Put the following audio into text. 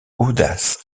audace